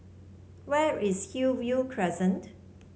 where is Hillview Crescent